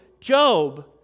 Job